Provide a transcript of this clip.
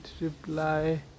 reply